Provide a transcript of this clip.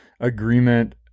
agreement